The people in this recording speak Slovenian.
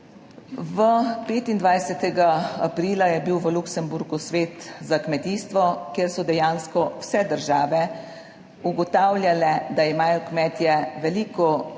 25. aprila je bil v Luksemburgu Svet za kmetijstvo, kjer so dejansko vse države ugotavljale, da imajo kmetje veliko težav